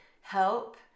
help